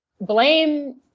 blame